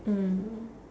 mm